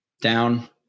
Down